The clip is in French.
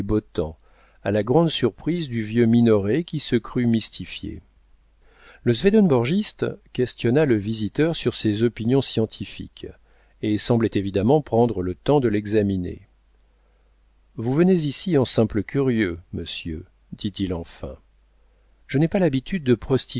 à la grande surprise du vieux minoret qui se crut mystifié le swedenborgiste questionna le visiteur sur ses opinions scientifiques et semblait évidemment prendre le temps de l'examiner vous venez ici en simple curieux monsieur dit-il enfin je n'ai pas l'habitude de